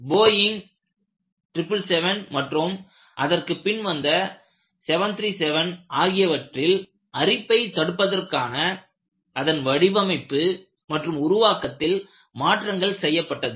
Boeing 777 மற்றும் அதற்கு பின்வந்த 737 ஆகியவற்றில் அரிப்பைத் தடுப்பதற்காக அதன் வடிவமைப்பு மற்றும் உருவாக்கத்தில் மாற்றங்கள் செய்யப்பட்டது